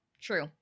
True